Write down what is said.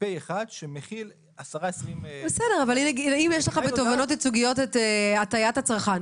אבל אם יש לך בתובענות ייצוגיות את הטעיית הצרכן,